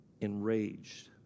enraged